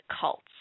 cults